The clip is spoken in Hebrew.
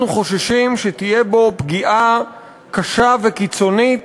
חוששים שתהיה בו פגיעה קשה וקיצונית